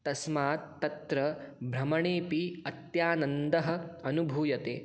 तस्मात् तत्र भ्रमणेऽपि अत्यानन्दः अनुभूयते